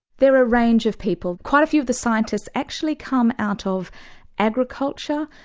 there are a range of people. quite a few of the scientists actually come out of agriculture,